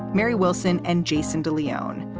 mary wilson and jason de leon.